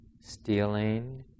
stealing